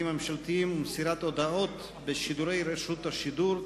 הממשלתיים ומסירת הודעות בשידורי רשות השידור,